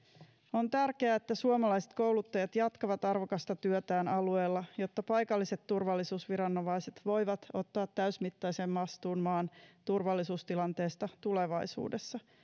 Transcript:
on tärkeää että suomalaiset kouluttajat jatkavat arvokasta työtään alueella jotta paikalliset turvallisuusviranomaiset voivat ottaa täysimittaisen vastuun maan turvallisuustilanteesta tulevaisuudessa